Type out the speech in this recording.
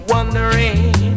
Wondering